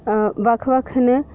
बक्ख बक्ख न